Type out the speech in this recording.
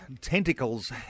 tentacles